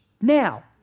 now